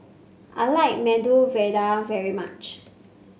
I like Medu Vada very much